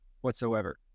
whatsoever